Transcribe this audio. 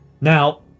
Now